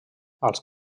als